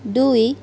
দুই